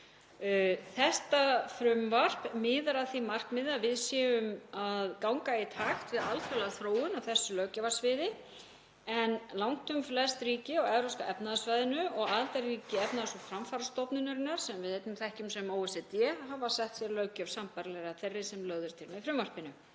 til. Frumvarpið miðar að því markmiði að við séum að ganga í takt við alþjóðlega þróun á þessu löggjafarsviði en langtum flest ríki á Evrópska efnahagssvæðinu og aðildarríki Efnahags- og framfarastofnunarinnar, sem við þekkjum sem OECD, hafa sett sér löggjöf sambærilega þeirri sem lögð er til með frumvarpinu.